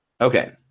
Okay